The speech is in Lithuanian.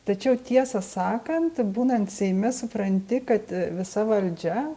tačiau tiesą sakant būnant seime supranti kad visa valdžia